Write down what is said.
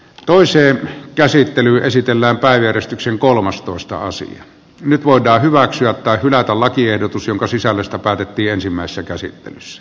toiseen käsittelyyn esitellään pääjäristyksen kolmastoista sija nyt voidaan hyväksyä tai hylätä lakiehdotus jonka sisällöstä päätettiin ensimmäisessä käsittelyssä